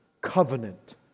Covenant